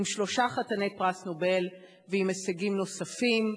עם שלושה חתני פרס נובל ועם הישגים נוספים.